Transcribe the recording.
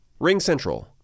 RingCentral